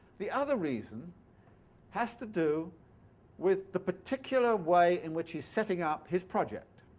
the other reason has to do with the particular way in which he's setting up his project.